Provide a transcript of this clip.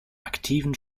aktiven